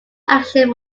action